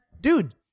dude